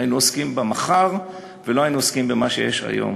היינו עוסקים במחר ולא היינו עוסקים במה שיש היום.